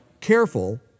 careful